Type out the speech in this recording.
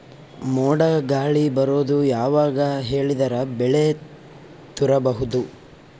ಮೋಡ ಗಾಳಿ ಬರೋದು ಯಾವಾಗ ಹೇಳಿದರ ಬೆಳೆ ತುರಬಹುದು?